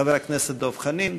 חבר הכנסת דב חנין.